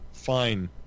fine